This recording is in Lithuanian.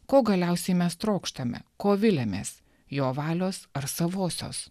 ko galiausiai mes trokštame ko viliamės jo valios ar savosios